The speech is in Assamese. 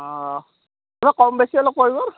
অঁ অলপ কম বেছি অলপ কৰিব